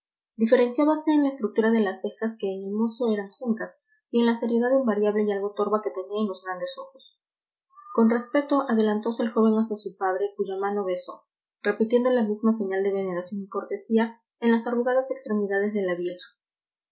diferenciábase en la estructura de las cejas que en el mozo eran juntas y en la seriedad invariable y algo torva que tenía en los grandes ojos con respeto adelantose el joven hacia su padre cuya mano besó repitiendo la misma señal de veneración y cortesía en las arrugadas extremidades de la vieja